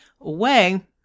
away